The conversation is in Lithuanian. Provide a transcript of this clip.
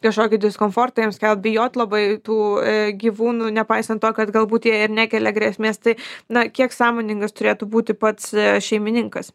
kažkokį diskomfortą ims kelt bijot labai tų gyvūnų nepaisant to kad galbūt jie ir nekelia grėsmės tai na kiek sąmoningas turėtų būti pats šeimininkas